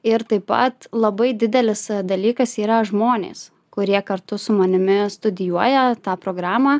ir taip pat labai didelis dalykas yra žmonės kurie kartu su manimi studijuoja tą programą